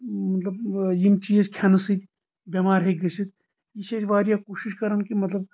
مطلب یِم چیٖز کھٮ۪نہٕ سۭتۍ بٮ۪مار ہیٚکہِ گٔژھتھ یہِ چھِ أسۍ واریاہ کوٗشش کران کہِ مطلب